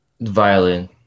Violin